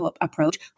approach